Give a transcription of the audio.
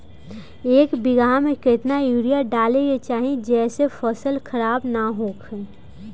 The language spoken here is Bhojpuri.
एक बीघा में केतना यूरिया डाले के चाहि जेसे फसल खराब ना होख?